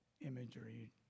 imagery